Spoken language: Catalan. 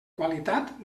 qualitat